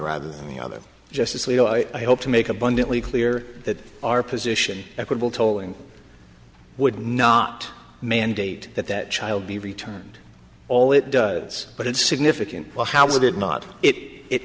rather than the other just as leo i hope to make abundantly clear that our position equitable tolling would not mandate that that child be returned all it does but it's significant well how would it not it